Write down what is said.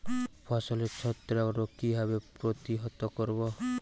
ফসলের ছত্রাক রোগ কিভাবে প্রতিহত করব?